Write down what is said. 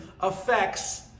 affects